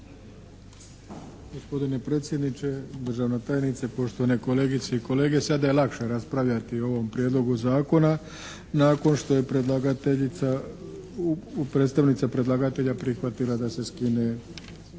Gospodine predsjedniče! Državna tajnice! Poštovane kolegice i kolege! Sada je lakše raspravljati o ovom prijedlogu zakona nakon što je predstavnica predlagatelja prihvatila da se skine